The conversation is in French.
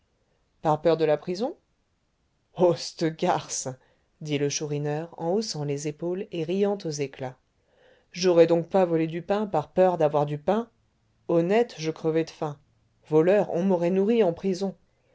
par peur de la prison oh c'te garce dit le chourineur en haussant les épaules et riant aux éclats j'aurais donc pas volé du pain par peur d'avoir du pain honnête je crevais de faim voleur on m'aurait nourri en prison